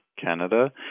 Canada